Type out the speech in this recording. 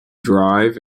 drive